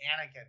anakin